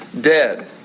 dead